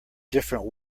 different